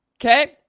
okay